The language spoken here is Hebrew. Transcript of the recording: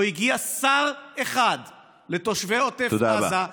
לא הגיע שר אחד לתושבי עוטף עזה.